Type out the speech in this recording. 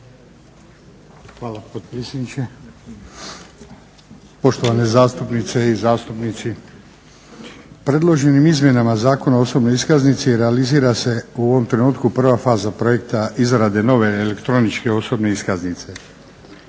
Hvala potpredsjedniče. Poštovane zastupnice i zastupnici. Predloženim izmjenama Zakona o osobnoj iskaznici realizira se u ovom trenutku prva faza projekta izrade nove elektroničke osobne iskaznice.